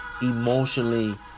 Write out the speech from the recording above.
emotionally